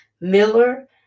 Miller